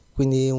Quindi